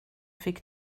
fick